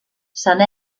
sant